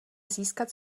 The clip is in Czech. získat